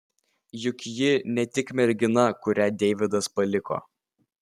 juk ji ne tik mergina kurią deividas paliko